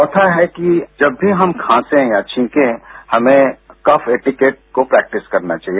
चौथा है कि जब भी हम खांसे या छींकें हमें कफ ऐटिकेट्स को प्रैक्टिस करना चाहिए